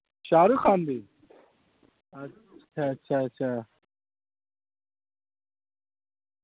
شاہ رخ خان بھی اچھا اچھا اچھا